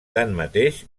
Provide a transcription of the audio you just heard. tanmateix